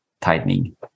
tightening